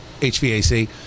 HVAC